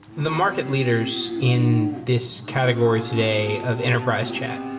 the market leaders in this category today of enterprise chat,